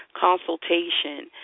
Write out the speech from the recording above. consultation